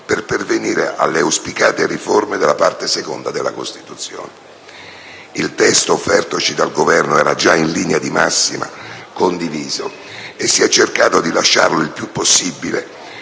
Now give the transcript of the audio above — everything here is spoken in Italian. per pervenire alle auspicate riforme della Parte II della Costituzione. Il testo offertoci dal Governo era già in linea di massima condiviso e si è cercato di lasciarlo, il più possibile,